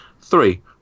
Three